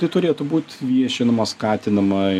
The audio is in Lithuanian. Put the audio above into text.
tai turėtų būt viešinama skatinama